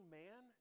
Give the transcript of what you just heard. man